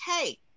okay